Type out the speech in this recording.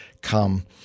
come